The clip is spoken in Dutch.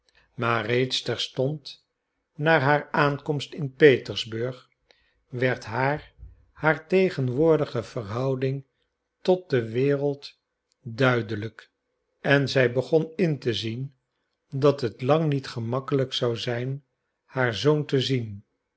maar reeds terstond na haar aankomst in petersburg werd haar haar tegenwoordige verhouding tot de wereld duidelijk en zij begon in te zien dat het lang niet gemakkelijk zou zijn haar zoon te zien